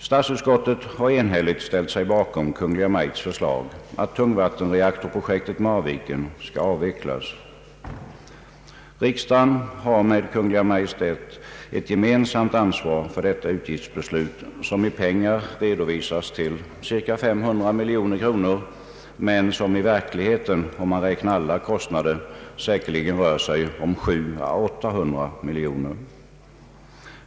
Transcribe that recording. Statsutskottet har enhälligt ställt sig bakom Kungl. Maj:ts förslag att tungvattenreaktorprojektet Marviken skall avvecklas. Riksdagen har med Kunglk Maj:t ett gemensamt ansvar för detta utgiftsbeslut, som i pengar redovisats till cirka 500 miljoner kronor men som i verkligheten — om man räknar alla kostnader — rör sig om 700 å 800 miljoner kronor.